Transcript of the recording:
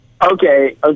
Okay